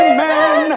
Amen